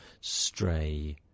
stray